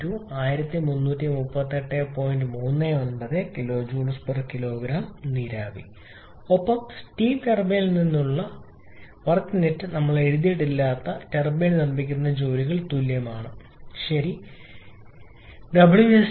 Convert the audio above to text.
39 kJ kg നീരാവി ഒപ്പം steam ടർബൈനിൽ നിന്നുള്ള വെനെറ്റ് ഞാൻ എഴുതിയിട്ടില്ലാത്ത ടർബൈൻ നിർമ്മിക്കുന്ന ജോലികൾക്ക് തുല്യമാണ് വെവ്വേറെ